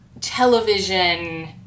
television